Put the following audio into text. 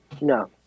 No